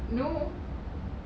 no